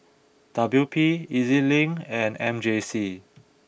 W P E Z Link and M J C